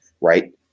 Right